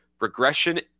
regression